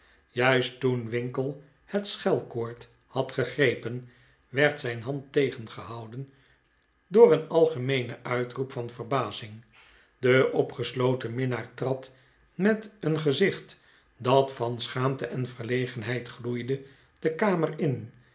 juist toen winkle het schelkoord had gegrepen werd zijn hand tegengehouden door een algemeenen uitroep van verbazing de opgesloten minnaar trad met een gezicht dat van schaamte en veriegenheid gloeide de kamer in